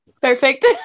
perfect